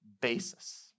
basis